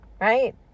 Right